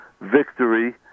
victory